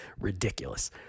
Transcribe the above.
Ridiculous